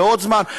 ועוד זמן,